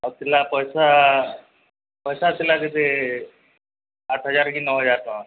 ଆଉ ଥିଲା ପଇସା ପଇସା ଥିଲା ସେଠି ଆଠ ହଜାର କି ନଅ ହଜାର ଟଙ୍କା